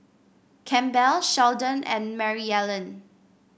Campbell Sheldon and Maryellen